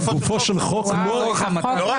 גופו של חוק לא פרסונלי,